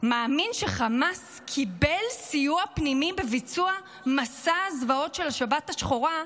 מאמין שחמאס קיבל סיוע פנימי בביצוע מסע הזוועות של השבת השחורה,